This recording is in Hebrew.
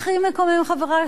חברי חברי הכנסת,